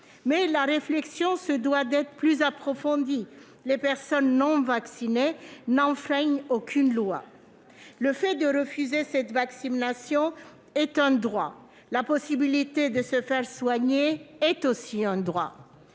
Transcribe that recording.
mais la réflexion se doit d'être plus approfondie. Ainsi, les personnes non vaccinées n'enfreignent aucune loi. Le refus de cette vaccination est un droit, la possibilité de se faire soigner l'est aussi.